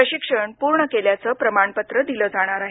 प्रशिक्षण पूर्ण केल्याचं प्रमाणपत्र दिलं जाणार आहे